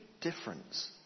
difference